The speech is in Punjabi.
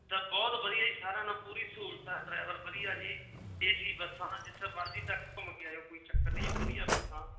ਮਤਲਬ ਬਹੁਤ ਵਧੀਆ ਜੀ ਸਾਰਿਆਂ ਨਾਲ ਪੂਰੀ ਸਹੂਲਤ ਆ ਡਰਾਈਵਰ ਵਧੀਆ ਜੀ ਏ ਸੀ ਬੱਸਾਂ ਜਿੱਥੇ ਮਰਜ਼ੀ ਤੱਕ ਘੁੰਮ ਕੇ ਆਇਓ ਕੋਈ ਚੱਕਰ ਨਹੀਂ ਵਧੀਆ ਬੱਸਾਂ